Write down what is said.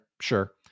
sure